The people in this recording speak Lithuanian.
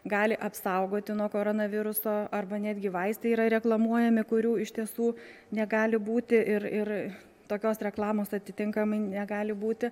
gali apsaugoti nuo koronaviruso arba netgi vaistai yra reklamuojami kurių iš tiesų negali būti ir ir tokios reklamos atitinkamai negali būti